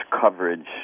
coverage